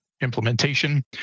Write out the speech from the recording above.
implementation